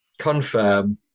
confirm